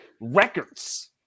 records